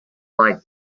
like